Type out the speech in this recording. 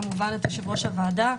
את יושב-ראש הוועדה.